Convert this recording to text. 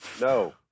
No